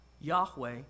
Yahweh